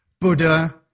Buddha